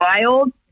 wild